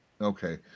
okay